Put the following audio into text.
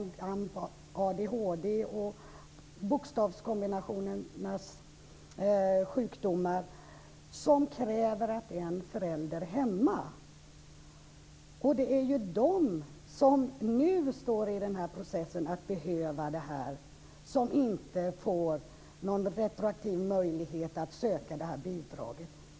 Det kan vara ADHD och andra bokstavskombinationssjukdomar som kräver att en förälder är hemma. Det är ju de som nu är i den här processen och behöver detta som inte får någon retroaktiv möjlighet att söka bidraget.